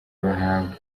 bahabwa